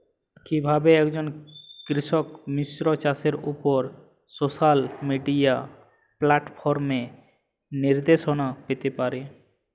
কিভাবে একজন কৃষক মিশ্র চাষের উপর সোশ্যাল মিডিয়া প্ল্যাটফর্মে নির্দেশনা পেতে পারে?